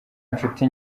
nshuti